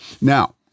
Now